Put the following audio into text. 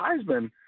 Heisman